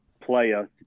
player